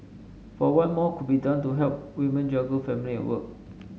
for one more could be done to help women juggle family and work